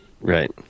right